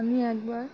আমি একবার